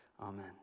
Amen